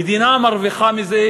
המדינה מרוויחה מזה,